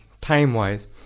time-wise